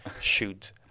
shoot